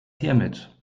hiermit